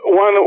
one